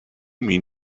mean